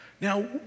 Now